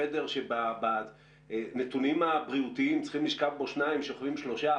שבחדר שבנתונים הבריאותיים צריכים לשכב בו שניים ושוכבים שלושה,